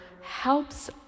helps